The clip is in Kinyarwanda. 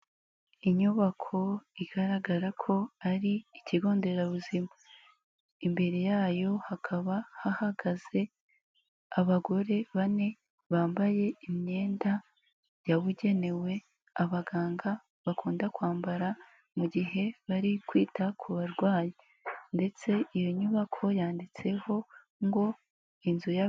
Inyubako igaragara ko ari ikigo nderabuzima. Imbere yayo hakaba hahagaze abagore bane bambaye imyenda yabugenewe abaganga bakunda kwambara mu gihe bari kwita ku barwayi ndetse iyo nyubako yanditseho ngo "Inzu y'ababyeyi".